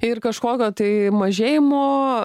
ir kažkokio tai mažėjimo